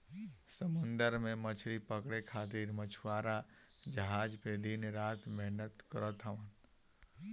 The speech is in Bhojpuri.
समुंदर में मछरी पकड़े खातिर मछुआरा जहाज पे दिन रात मेहनत करत हवन